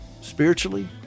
spiritually